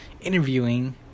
interviewing